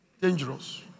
Dangerous